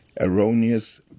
erroneous